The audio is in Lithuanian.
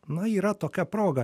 na yra tokia proga